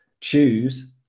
choose